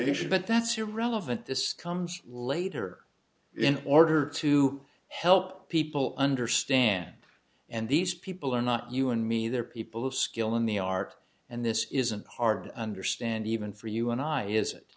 limitation but that's irrelevant this comes later in order to help people understand and these people are not you and me they're people of skill in the art and this isn't hard to understand even for you and i is it